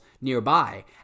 nearby